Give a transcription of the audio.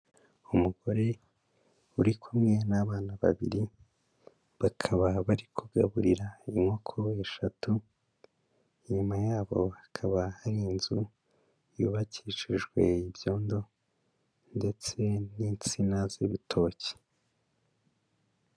Umugore uri kumwe n'abana babiri, bakaba bari kugaburira inkoko eshatu, inyuma yabo hakaba hari inzu yubakishijwe ibyondo ndetse n'insina z'ibitoki.